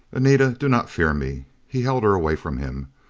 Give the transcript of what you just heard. anita, do not fear me. he held her away from him.